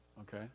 okay